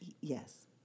Yes